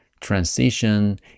transition